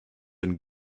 and